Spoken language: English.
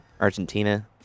Argentina